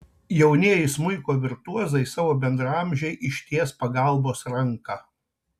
jaunieji smuiko virtuozai savo bendraamžei išties pagalbos ranką